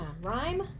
Rhyme